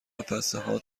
قفسهها